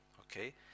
Okay